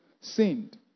sinned